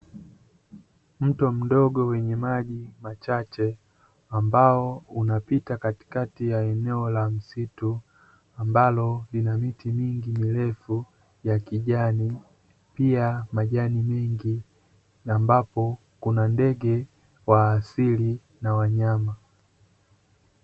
Mto mdogo wenye maji machache, ambao unapita katikati ya eneo la msitu, ambalo lina miti mingi mirefu ya kijani pia majani mengi, ambapo kuna ndege wa asili na wanyama.